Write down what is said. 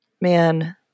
Man